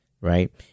right